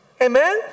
Amen